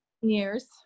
years